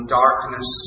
darkness